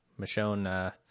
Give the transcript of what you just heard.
Michonne